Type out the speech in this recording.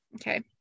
Okay